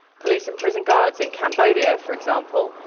police and prison guards in cambodia, for example,